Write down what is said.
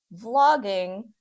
vlogging